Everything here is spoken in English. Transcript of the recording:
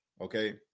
okay